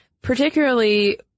particularly